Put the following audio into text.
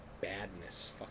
badness